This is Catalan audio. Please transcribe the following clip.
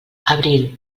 abril